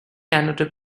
canada